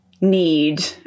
need